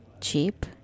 cheap